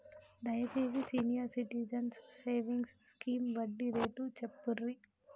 దయచేసి senior citizens savings scheme వడ్డీ rate చెప్పుర్రి